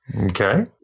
okay